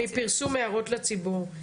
מפרסום הערות לציבור,